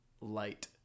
light